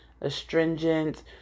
astringent